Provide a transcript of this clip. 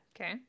Okay